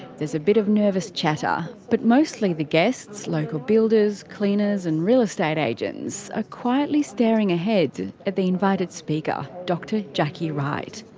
there's a bit of nervous chatter but mostly the guests local builders, cleaners and real estate agents are ah quietly staring ahead at the invited speaker, dr. jackie wright.